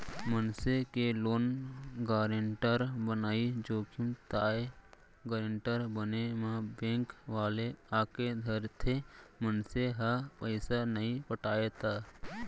मनसे के loan guarantor बनई जोखिम ताय गारेंटर बने म बेंक वाले आके धरथे, मनसे ह पइसा नइ पटाय त